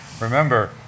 remember